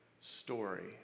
Story